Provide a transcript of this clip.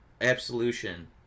absolution